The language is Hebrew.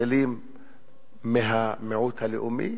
מתחילים מהמיעוט הלאומי,